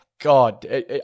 God